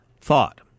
thought